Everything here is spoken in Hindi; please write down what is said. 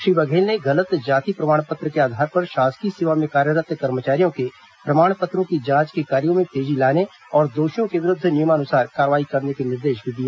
श्री बघेल ने गलत जाति प्रमाण पत्र के आधार पर शासकीय सेवा में कार्यरत् कर्मचारियों के प्रमाण पत्रों की जांच के कार्यों में तेजी लाने और दोषियों के विरूद्ध नियमानुसार कार्रवाई करने के निर्देश दिए